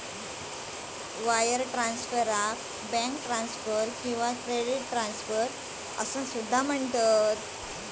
wire transfer, याका bank transfer किंवा credit transfer असा सुद्धा म्हणतत